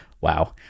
wow